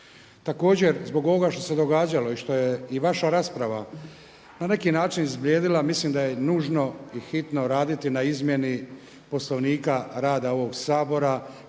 Također zbog ovoga što se događalo i što je i vaša rasprava na neki način izblijedila mislim da je nužno i hitno raditi na izmjeni Poslovnika rada ovog Sabora